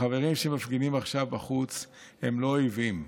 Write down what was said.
החברים שמפגינים עכשיו בחוץ הם לא אויבים,